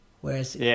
Whereas